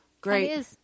great